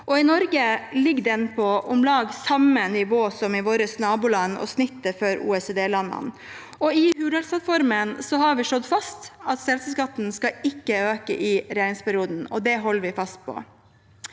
I Norge ligger den på om lag samme nivå som i våre naboland og snittet for OECD-landene. I Hurdalsplattformen har vi slått fast at selskapsskatten ikke skal øke i regjeringsperioden, og det holder vi fast på.